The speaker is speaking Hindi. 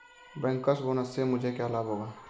बैंकर्स बोनस से मुझे क्या लाभ होगा?